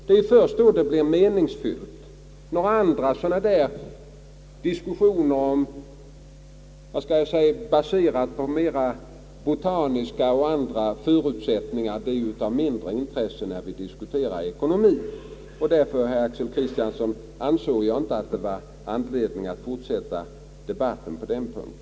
Det är först då resonemanget blir meningsfyllt. Det är möjligt att vi kan åstadkomma denna produktion. Sådana diskussioner baserade mera på botaniska och liknande förutsättningar är av mindre intresse när vi diskuterar ekonomi. Därför, herr Axel Kristiansson, ansåg jag inte att det var anledning att fortsätta debatten på den punkten.